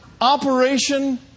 Operation